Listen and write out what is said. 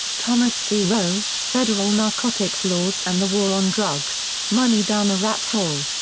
thomas c. rowe, federal narcotics laws and the war on drugs money down a rat hole.